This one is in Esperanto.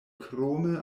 krome